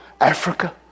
Africa